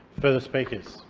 further speakers?